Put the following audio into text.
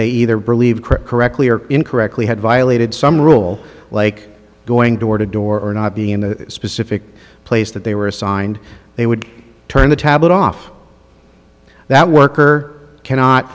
they either believe correctly or incorrectly had violated some rule like going door to door or not being in the specific place that they were assigned they would turn the tablet off that worker cannot